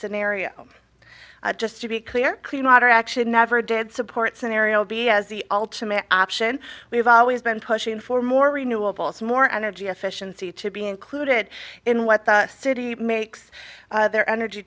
scenario just to be clear clean water actually never did support scenario b as the ultimate option we've always been pushing for more renewables more energy efficiency to be included in what the city makes their energy